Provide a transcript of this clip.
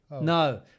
No